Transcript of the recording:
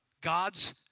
God's